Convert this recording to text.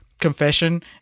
confession